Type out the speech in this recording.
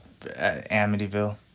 Amityville